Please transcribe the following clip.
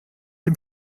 dem